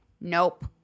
nope